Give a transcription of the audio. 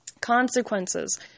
Consequences